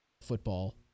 football